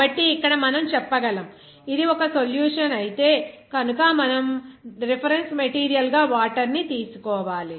కాబట్టి ఇక్కడ మనం చెప్పగలం ఇది ఒక సొల్యూషన్ ఐతే కనుక మనం రిఫరెన్స్ మెటీరియల్ గా వాటర్ ని తీసుకోవాలి